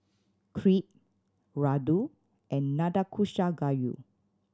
Crepe Ladoo and Nanakusa Gayu